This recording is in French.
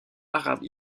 arabe